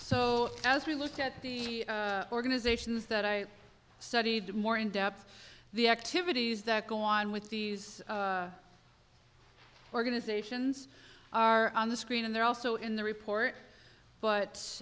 so as we look at the organizations that i studied more in depth the activities that go on with these organizations are on the screen and they're also in the report but